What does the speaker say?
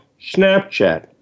Snapchat